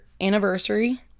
anniversary